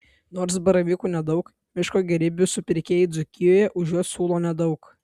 nors baravykų nedaug miško gėrybių supirkėjai dzūkijoje už juos siūlo nedaug